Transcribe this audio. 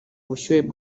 ubushyuhe